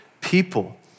people